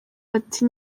bati